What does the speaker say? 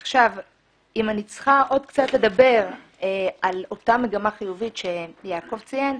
אם אני צריכה עוד קצת לדבר על אותה מגמה חיובית שיעקב ציין,